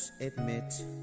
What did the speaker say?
admit